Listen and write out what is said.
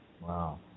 Wow